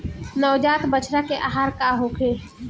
नवजात बछड़ा के आहार का होखे?